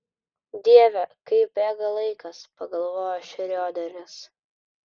dieve kaip bėga laikas pagalvojo šrioderis